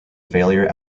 failure